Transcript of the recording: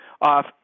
off